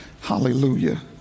hallelujah